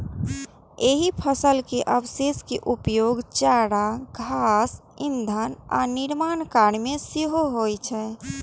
एहि फसल के अवशेष के उपयोग चारा, घास, ईंधन आ निर्माण कार्य मे सेहो होइ छै